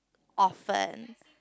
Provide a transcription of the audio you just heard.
often